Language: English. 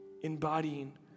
embodying